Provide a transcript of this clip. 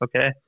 okay